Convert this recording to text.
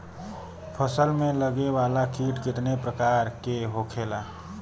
फसल में लगे वाला कीट कितने प्रकार के होखेला?